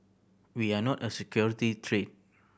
we are not a security threat